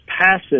passive